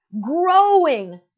growing